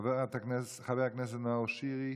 חבר הכנסת נאור שירי.